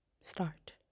start